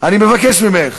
אני מבקש ממך.